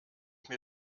mir